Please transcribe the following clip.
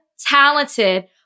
talented